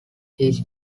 his